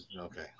Okay